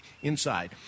inside